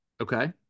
Okay